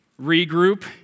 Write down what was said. regroup